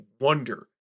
wonder